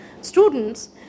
students